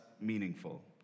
meaningful